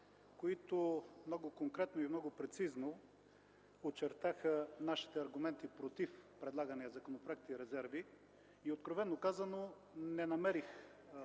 които много конкретно и много прецизно очертаха нашите аргументи против предлагания законопроект, и резерви, и откровено казано не намерих